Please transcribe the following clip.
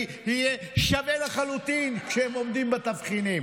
יהיה שווה לחלוטין כשהם עומדים בתבחינים.